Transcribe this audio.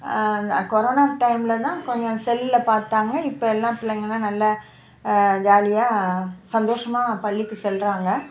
corona டைம்மில் தான் கொஞ்சம் செல்லில் பார்த்தாங்க இப்போ எல்லாம் பிள்ளைங்கள்லாம் நல்லா ஜாலியாக சந்தோஷமாக பள்ளிக்கு செல்லுறாங்க